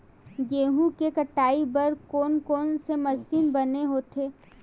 गेहूं के कटाई बर कोन कोन से मशीन बने होथे?